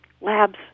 labs